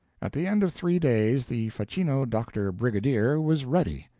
at the end of three days the facchino-doctor-brigadier was ready.